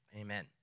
amen